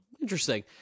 Interesting